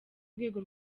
rwego